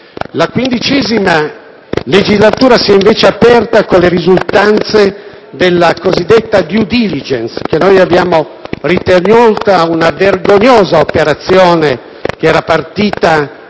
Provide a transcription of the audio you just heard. La XV legislatura si è invece aperta con le risultanze della cosiddetta *due diligence*, che abbiamo ritenuto una vergognosa operazione partita